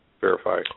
verify